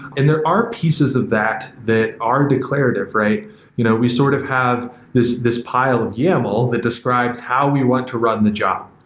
and there are pieces of that that are declarative. you know we sort of have this this pile of yaml that describes how we want to run the job.